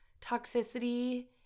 toxicity